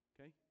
Okay